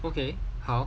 okay 好